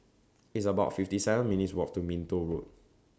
It's about fifty seven minutes' Walk to Minto Road